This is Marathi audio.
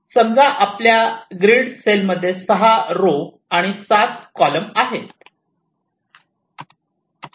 समजा आपल्या ग्रीड सेलमध्ये 6 रो आणि 7 कॉलम आहे